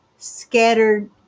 scattered